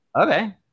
Okay